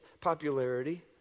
popularity